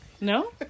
No